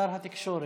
שר התקשורת.